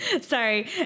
Sorry